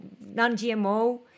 non-GMO